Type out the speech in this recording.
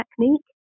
technique